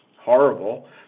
horrible